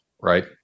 right